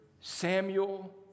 Samuel